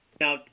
Now